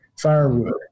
firewood